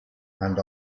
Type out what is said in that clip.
and